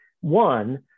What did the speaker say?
one